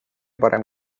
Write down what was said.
parem